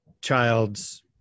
child's